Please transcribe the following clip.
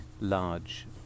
large